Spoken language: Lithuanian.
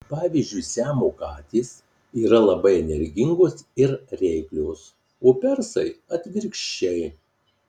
pavyzdžiui siamo katės yra labai energingos ir reiklios o persai atvirkščiai